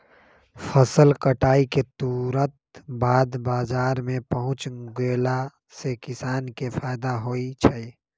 फसल कटाई के तुरत बाद बाजार में पहुच गेला से किसान के फायदा होई छई